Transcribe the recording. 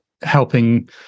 helping